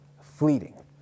fleeting